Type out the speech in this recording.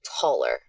taller